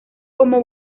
como